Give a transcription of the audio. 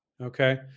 okay